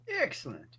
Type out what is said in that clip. Excellent